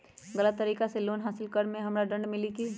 गलत तरीका से लोन हासिल कर्म मे हमरा दंड मिली कि?